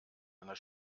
einer